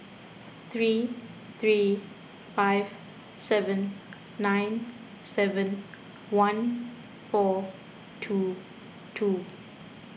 three three five seven nine seven one four two two